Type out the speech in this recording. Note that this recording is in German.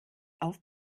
auf